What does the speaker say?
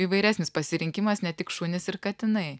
įvairesnis pasirinkimas ne tik šunys ir katinai